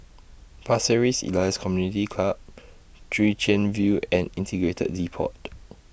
Pasir Ris Elias Community Club Chwee Chian View and Integrated Depot